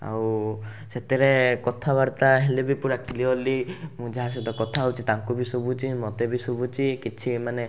ଆଉ ସେଥିରେ କଥାବାର୍ତ୍ତା ହେଲେବି ପୂରା କ୍ଲିଅର୍ଲି ମୁଁ ଯାହା ସହିତ କଥା ହେଉଛି ତାଙ୍କୁ ବି ଶୁଭୁଛି ମୋତେ ବି ଶୁଭୁଛି କିଛି ମାନେ